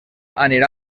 anirà